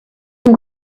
and